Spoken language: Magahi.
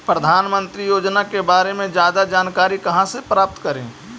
प्रधानमंत्री योजना के बारे में जादा जानकारी कहा से प्राप्त करे?